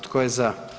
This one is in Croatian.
Tko je za?